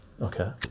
okay